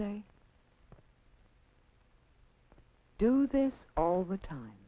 say do this all the time